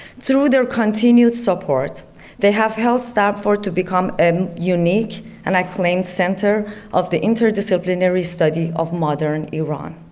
through their continued support they have helped stanford to become a unique and acclaimed center of the interdisciplinary study of modern iran.